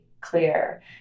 clear